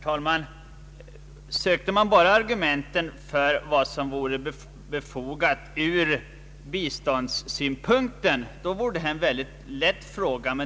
Herr talman! Sökte man bara argumenten för vad som vore befogat ur biståndssynpunkt, skulle detta vara en mycket lätt fråga.